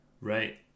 Right